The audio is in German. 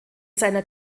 seiner